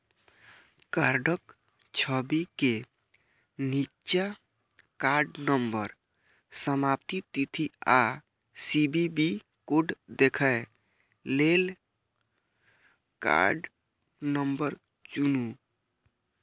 कार्डक छवि के निच्चा कार्ड नंबर, समाप्ति तिथि आ सी.वी.वी कोड देखै लेल कार्ड नंबर चुनू